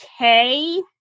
okay